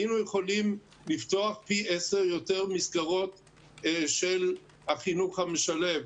היינו יכולים לפתוח פי עשר יותר מסגרות של החינוך המשלב.